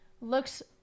looks